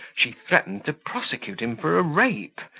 she threatened to prosecute him for a rape,